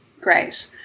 Great